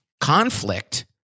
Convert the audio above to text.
Conflict